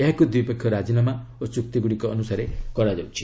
ଏହାକୁ ଦ୍ୱିପକ୍ଷୀୟ ରାଜିନାମା ଓ ଚୁକ୍ତିଗୁଡ଼ିକ ଅନୁସାରେ କରାଯିବ